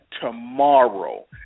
tomorrow